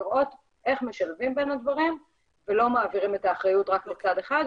לראות איך משלבים בין הדברים ולא מעבירים את האחריות רק לצד אחד,